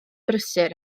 brysur